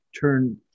turn